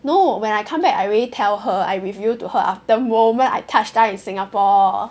no when I come back I already tell her I revealed to her after the moment I touched down in Singapore